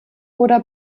oder